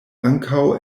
ankaŭ